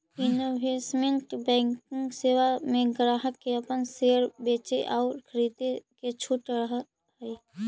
investment banking सेवा में ग्राहक के अपन शेयर बेचे आउ खरीदे के छूट रहऽ हइ